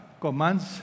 commands